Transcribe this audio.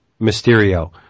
Mysterio